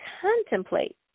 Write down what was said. contemplate